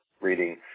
reading